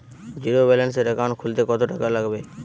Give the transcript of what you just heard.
জিরোব্যেলেন্সের একাউন্ট খুলতে কত টাকা লাগবে?